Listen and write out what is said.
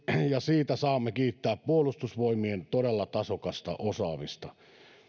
ja siitä saamme kiittää puolustusvoimien todella tasokasta osaamista